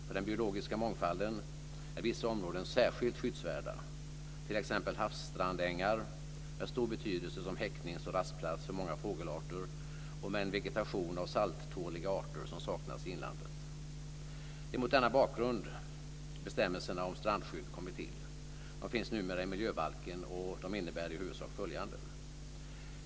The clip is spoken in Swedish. För den biologiska mångfalden är vissa områden särskilt skyddsvärda, t.ex. havsstrandängar med stor betydelse som häcknings och rastplats för många fågelarter och med en vegetation av salttåliga arter som saknas i inlandet. Det är mot denna bakgrund bestämmelserna om strandskydd kommit till. De finns numera i miljöbalken och innebär i huvudsak följande.